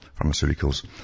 pharmaceuticals